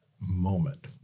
moment